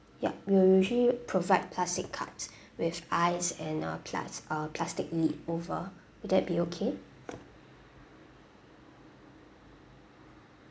yup we will usually provide plastic cups with ice and uh plas~ uh plastic lid over will that be okay